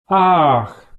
ach